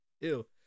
Ew